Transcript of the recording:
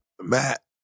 Matt